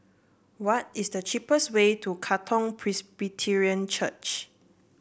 what is the cheapest way to Katong Presbyterian Church